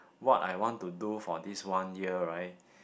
what I want to do for this one year right